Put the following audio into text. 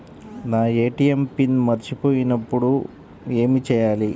నా ATM PIN మరచిపోయినప్పుడు ఏమి చేయాలి?